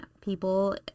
people